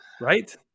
Right